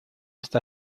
esta